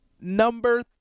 number